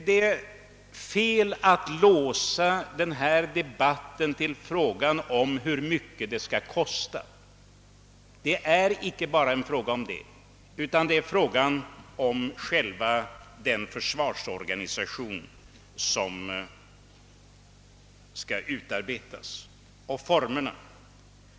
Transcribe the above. Det är fel att låsa denna debatt vid frågan om hur mycket det skall kosta, ty det gäller inte bara pengar utan hela den försvarsorganisation som skall utarbetas.